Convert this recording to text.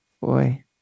Boy